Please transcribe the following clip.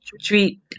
treat